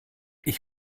ich